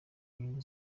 nyungu